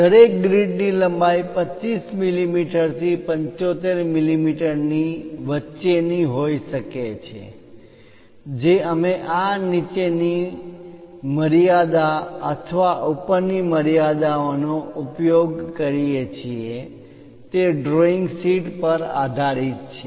દરેક ગ્રીડની લંબાઈ 25 મી મી થી 75 મિમિ ની વચ્ચે ની હોઈ શકે છે જે અમે આ નીચેની મર્યાદા અથવા ઉપર ની મર્યાદા ઓ નો ઉપયોગ કરીએ છીએ તે ડ્રોઈંગ શીટ પર આધારિત છે